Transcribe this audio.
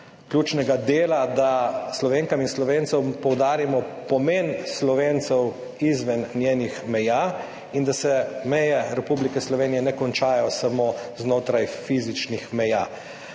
mojega dela, da Slovenkam in Slovencem poudarimo pomen Slovencev izven njenih meja in da se meje Republike Slovenije ne končajo samo znotraj fizičnih meja.